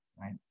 right